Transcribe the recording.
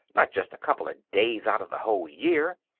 not just a couple of days out of the whole year.